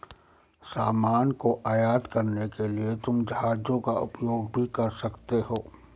सामान को आयात करने के लिए तुम जहाजों का उपयोग भी कर सकते हो